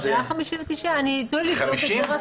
זה היה 59. תנו לי לבדוק את זה.